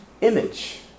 image